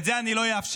את זה אני לא אאפשר,